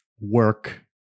work